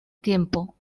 tiempo